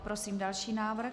Prosím další návrh.